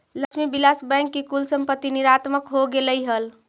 Lakshmi Vilas bank की कुल संपत्ति नकारात्मक हो गेलइ हल